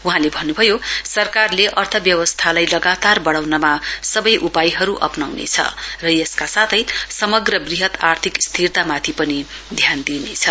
वहाँले भन्नुभयो सरकारले अर्थव्यवस्थालाई लगातार वढ़ाउनमा सवै उपायहरु अप्राउनेछ र यसका साथै समग्र वृहत आर्थिक स्थिरतामाथि पनि ध्यान दिइनेछ